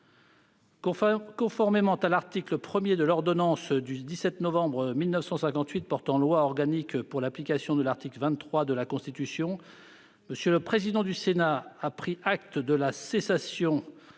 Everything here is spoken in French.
Conformément à l'article 1 de l'ordonnance n° 58-1099 du 17 novembre 1958 portant loi organique pour l'application de l'article 23 de la Constitution, M. le président du Sénat a pris acte de la cessation,